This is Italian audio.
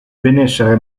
benessere